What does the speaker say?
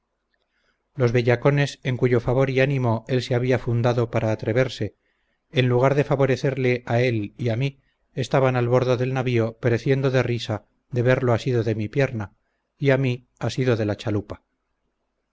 los bellacones en cuyo favor y ánimo él se había fundado para atreverse en lugar de favorecerle a él y a mí estaban al bordo del navío pereciendo de risa de verlo asido de mi pierna y a mí asido de la chalupa